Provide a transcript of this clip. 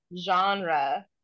genre